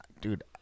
Dude